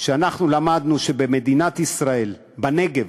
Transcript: ואנחנו למדנו שבמדינת ישראל, בנגב,